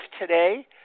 today